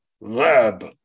lab